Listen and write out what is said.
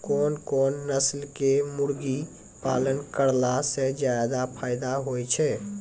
कोन कोन नस्ल के मुर्गी पालन करला से ज्यादा फायदा होय छै?